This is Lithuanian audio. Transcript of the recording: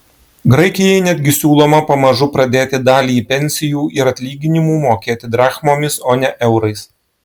graikijai netgi siūloma pamažu pradėti dalį pensijų ir atlyginimų mokėti drachmomis o ne eurais